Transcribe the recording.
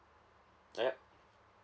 alright